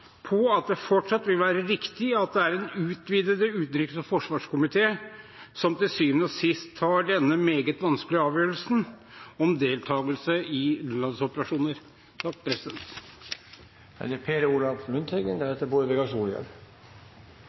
på at det fortsatt vil være riktig at det er den utvidede utenriks- og forsvarskomiteen som til syvende og sist tar den meget vanskelige avgjørelsen om deltakelse i utenlandsoperasjoner.